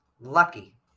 lucky